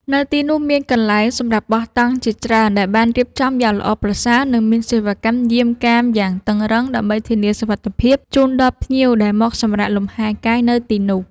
នៅទីនោះមានកន្លែងសម្រាប់បោះតង់ជាច្រើនដែលបានរៀបចំយ៉ាងល្អប្រសើរ និង មានសេវាកម្មយាមកាមយ៉ាងតឹងរ៉ឹងដើម្បីធានាសុវត្ថិភាពជូនដល់ភ្ញៀវដែលមកសម្រាកលម្ហែកាយនៅទីនោះ។